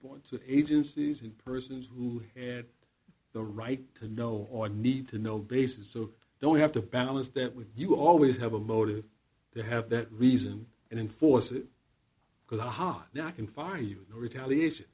point to agencies and persons who had the right to know or need to know basis so don't have to balance that with you always have a motive to have that reason and enforce it because a hot day i can fire you retaliation